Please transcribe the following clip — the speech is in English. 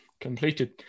completed